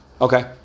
Okay